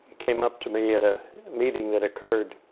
came up to me at a meeting that occurred